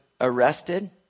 arrested